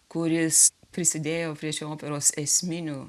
kuris prisidėjo prie šio operos esminių